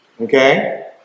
Okay